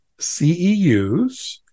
CEUs